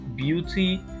beauty